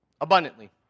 Abundantly